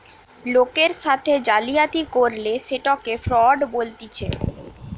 লোকের সাথে জালিয়াতি করলে সেটকে ফ্রড বলতিছে